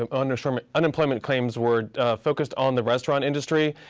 um and so um unemployment claims were focused on the restaurant industry.